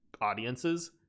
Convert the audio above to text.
audiences